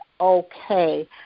okay